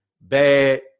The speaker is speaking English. bad